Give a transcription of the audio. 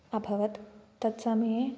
अभवत् तत्समये